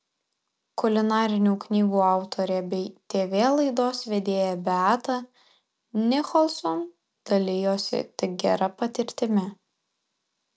kulinarinių knygų autorė bei tv laidos vedėja beata nicholson dalijosi tik gera patirtimi